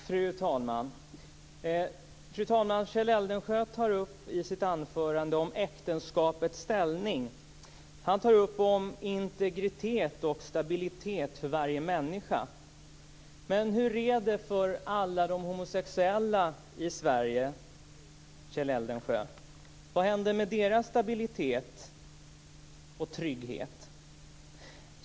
Fru talman! Kjell Eldensjö tar i sitt anförande upp äktenskapets ställning. Han pekar på integritet och stabilitet för varje människa. Men hur är det för alla de homosexuella i Sverige, Kjell Eldensjö? Vad händer med deras stabilitet och trygghet?